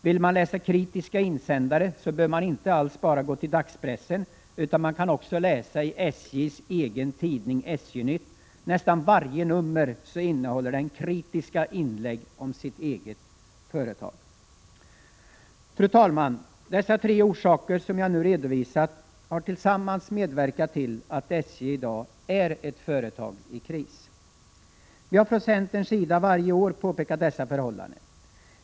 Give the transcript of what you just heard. Vill man läsa kritiska insändare behöver man inte bara gå till dagspressen, utan även SJ:s egen tidning SJ-nytt innehåller i nästan varje nummer kritiska inlägg om det egna företaget. Fru talman! Dessa tre orsaker som jag nu redovisat har tillsammans medverkat till att SJ i dag är ett företag i kris. Vi har från centerns sida varje år påpekat dessa förhållanden.